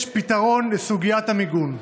יש פתרון לסוגיית המיגון.